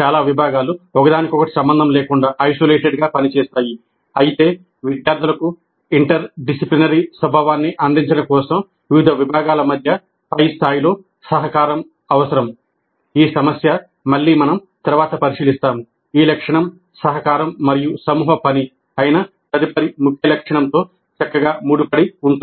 చాలా విభాగాలు ఒకదానికి ఒకటి సంబంధం లేకుండా ఈ లక్షణం సహకారం మరియు సమూహ పని అయిన తదుపరి ముఖ్య లక్షణంతో చక్కగా ముడిపడి ఉంటుంది